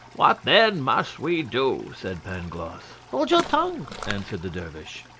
what, then, must we do? said pangloss. hold your tongue, answered the dervish.